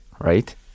right